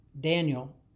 Daniel